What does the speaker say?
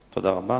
תודה רבה.